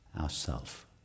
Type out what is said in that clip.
ourself